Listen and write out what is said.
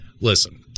Listen